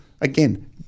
again